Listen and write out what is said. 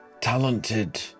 talented